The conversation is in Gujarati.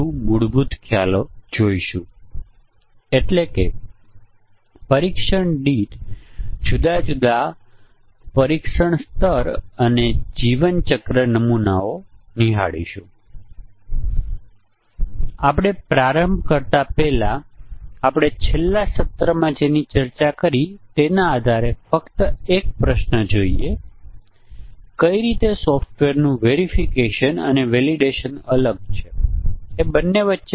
આપણે સંયુક્ત પરીક્ષણ અને કારણ અસર ગ્રાફિંગ પરીક્ષણ ના આધારિત નિર્ણય કોષ્ટક પરીક્ષણ જોયું છે હવે ચાલો આપણે એક વધુ બ્લેક બોક્સ પરીક્ષણ તરફ ધ્યાન આપવાનો પ્રયત્ન કરીએ જે ઇનપુટની સંખ્યા મોટી હોય ત્યારે વપરાતું સંયુક્ત પરીક્ષણ છે જેને બધા જોડી પરીક્ષણ અથવા જોડી મુજબના પરીક્ષણ છે